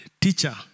Teacher